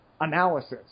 analysis